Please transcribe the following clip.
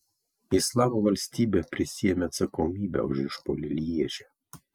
islamo valstybė prisiėmė atsakomybę už išpuolį lježe